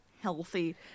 healthy